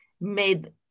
made